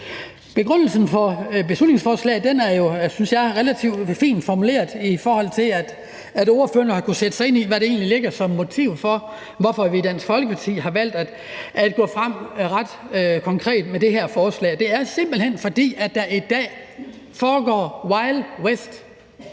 Begrundelsen for beslutningsforslaget er relativt fint formuleret, for ordførerne har kunnet sætte sig ind i, hvad der egentlig ligger som motiv for, hvorfor vi i Dansk Folkeparti har valgt at gå ret konkret frem med det her forslag. Det er simpelt hen, fordi det i dag er det